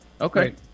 Okay